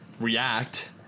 react